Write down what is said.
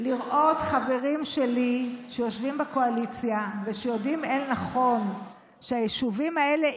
לראות חברים שלי שיושבים בקואליציה ויודעים אל-נכון שהיישובים האלה,